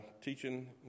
teaching